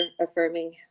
affirming